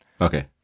Okay